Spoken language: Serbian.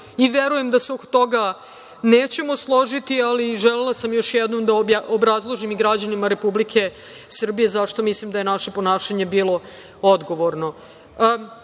Verujem da se oko toga nećemo složiti, ali želela sam još jednom da obrazložim i građanima Republike Srbije zašto mislim da je naše ponašanje bilo odgovorno.Za